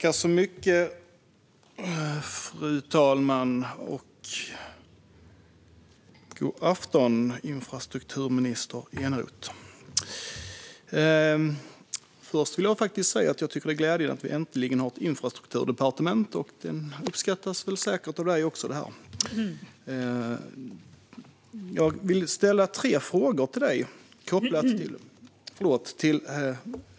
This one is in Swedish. Fru talman! God afton, infrastrukturminister Eneroth! Först vill jag säga att det är glädjande att vi äntligen har ett infrastrukturdepartement. Det uppskattas säkert även av ministern. Jag vill ställa tre frågor till herr ministern.